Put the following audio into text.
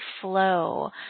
flow